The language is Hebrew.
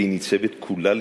והיא ניצבת כולה לצדך,